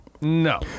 No